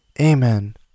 amen